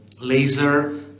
laser